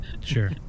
sure